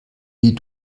die